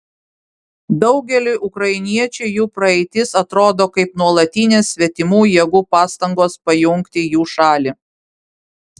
daugeliui ukrainiečių jų praeitis atrodo kaip nuolatinės svetimų jėgų pastangos pajungti jų šalį